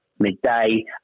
Midday